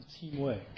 teamwork